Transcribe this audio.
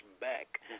back